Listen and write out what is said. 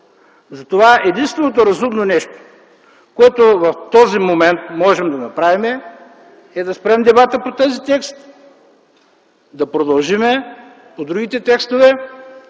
Затова единственото разумно нещо, което в този момент може да направим, е да спрем дебата по този текст, да продължим по другите текстове